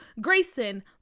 Grayson